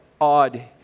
odd